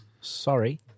sorry